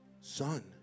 Son